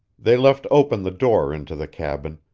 they left open the door into the cabin,